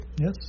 Yes